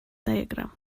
diagram